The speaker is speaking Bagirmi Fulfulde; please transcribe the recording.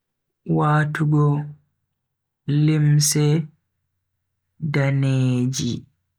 Watugo limse daneeji.